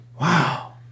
Wow